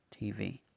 TV